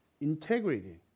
integrity